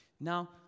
Now